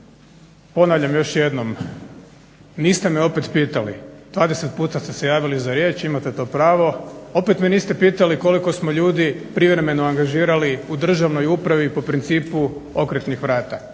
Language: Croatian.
Ponavljam još jednom niste me opet pitali, 20 puta ste se javili za riječ, imate to pravo, opet me niste pitali koliko smo ljudi privremeno angažirali u državnoj upravi po principu okretnih vrata